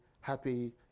Happy